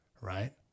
right